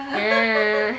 ah